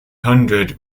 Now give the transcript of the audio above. hundred